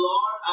Lord